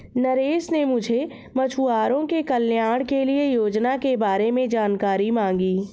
नरेश ने मुझसे मछुआरों के कल्याण के लिए योजना के बारे में जानकारी मांगी